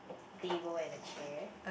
table and a chair